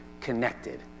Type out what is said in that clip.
Connected